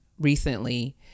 recently